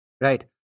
Right